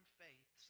faith